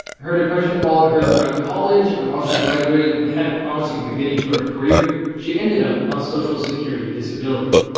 her depression followed her throughout college and while she graduated and had a promising beginning to her career, she ended up on social security disability.